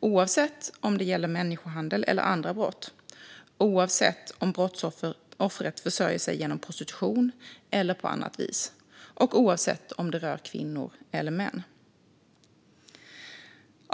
oavsett om det gäller människohandel eller andra brott, oavsett om brottsoffret försörjer sig genom prostitution eller på annat vis och oavsett om det rör kvinnor eller män.